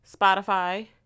Spotify